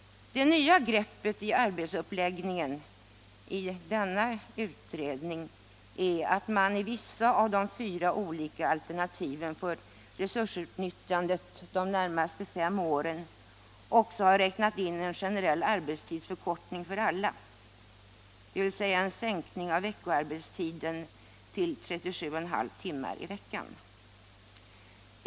Det nya greppet i arbetsuppläggningen i denna utredning är att man i vissa av de fyra alternativen för resursutnyttjandet de närmaste fem åren också har räknat in en arbetstidsförkortning för alla, dvs. en generell minskning av arbetstiden till 37,5 timmar i veckan.